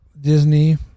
Disney